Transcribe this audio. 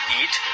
eat